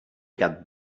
got